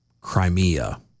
Crimea